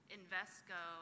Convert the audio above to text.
Invesco